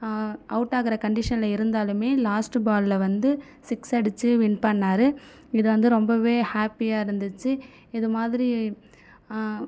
out ஆகுற கண்டிஷனில் இருந்தாலும் லாஸ்ட் பாலில் வந்து சிக்ஸ் அடிச்சு வின் பண்ணிணாரு இது வந்து ரொம்பவே ஹேப்பியாக இருந்துச்சு இது மாதிரி